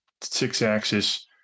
six-axis